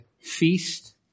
feast